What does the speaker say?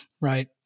right